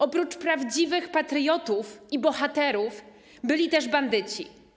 Oprócz prawdziwych patriotów i bohaterów byli też bandyci.